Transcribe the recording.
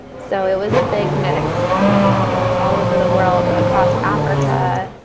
so it was a big mix like all over the world across africa,